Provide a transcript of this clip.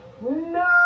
No